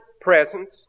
presence